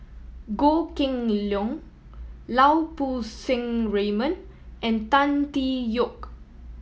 Goh Kheng Long Lau Poo Seng Raymond and Tan Tee Yoke